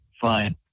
fine